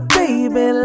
baby